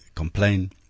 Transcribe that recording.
complain